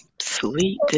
Sweet